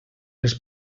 les